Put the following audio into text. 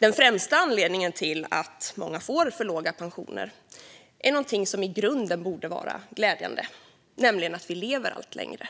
Den främsta anledningen till att många får för låga pensioner är någonting som i grunden borde vara glädjande, nämligen att vi lever allt längre.